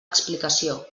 explicació